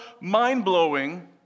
mind-blowing